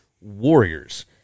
Warriors